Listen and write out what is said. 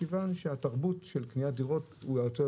מכיוון שהתרבות של קניית דירות מכוונת להיקף קנייה